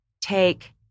take